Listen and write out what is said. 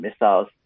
missiles